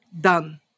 done